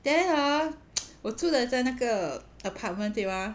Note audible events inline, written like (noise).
then ah (noise) 我住的在在那个 apartment 对吗